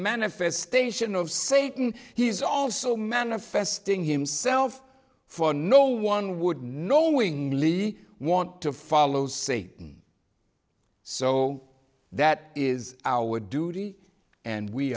manifestation of satan he's also manifesting himself for no one would knowingly want to follow seeing so that is our duty and we